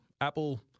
Apple